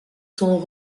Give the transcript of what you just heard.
sont